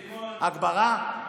הגברה?